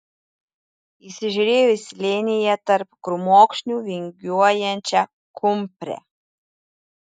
įsižiūrėjo į slėnyje tarp krūmokšnių vingiuojančią kumprę